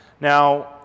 Now